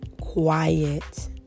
quiet